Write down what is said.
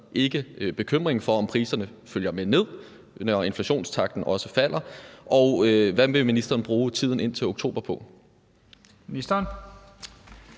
ikke bekymringen for, om priserne følger med ned, når inflationstakten falder, og hvad vil ministeren bruge tiden indtil oktober på? Kl.